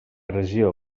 regió